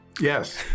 Yes